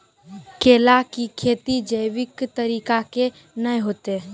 केला की खेती जैविक तरीका के ना होते?